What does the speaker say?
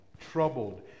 Troubled